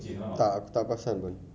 tak aku tak perasan pun